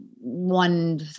one